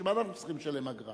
בשביל מה אנחנו צריכים לשלם אגרה?